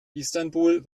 istanbul